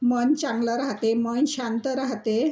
मन चांगलं राहते मन शांत राहते